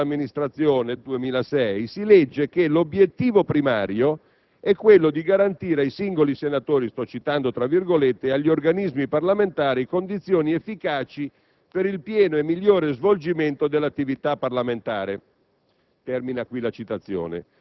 Nella Relazione sullo stato dell'Amministrazione (2006) si legge che «l'obiettivo primario è quello di garantire ai singoli senatori e agli organismi parlamentari (...) condizioni efficaci per il pieno e migliore svolgimento dell'attività parlamentare».